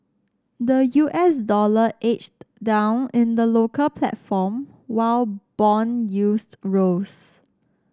the U S dollar edged down in the local platform while bond yields rose